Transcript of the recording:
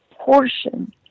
Portion